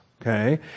okay